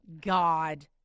God